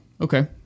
okay